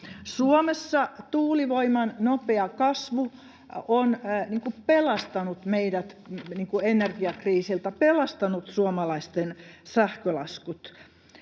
Suomessa tuulivoiman nopea kasvu on pelastanut meidät energiakriisiltä, pelastanut suomalaisten sähkölaskut.